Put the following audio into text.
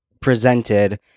presented